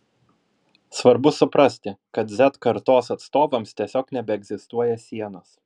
svarbu suprasti kad z kartos atstovams tiesiog nebeegzistuoja sienos